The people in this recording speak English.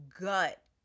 gut